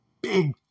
big